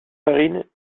farine